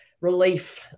relief